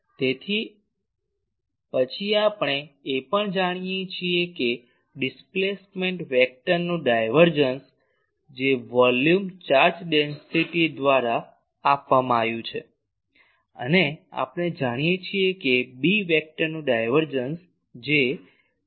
તેથી પછી આપણે એ પણ જાણીએ છીએ કે ડિસ્પ્લેસમેન્ટ વેક્ટરનું ડાયવર્જન્સ જે વોલ્યુમ ચાર્જ ડેન્સિટી દ્વારા આપવામાં આવ્યું છે અને આપણે જાણીએ છીએ કે બી વેક્ટરનું ડાયવર્જન્સ જે 0 છે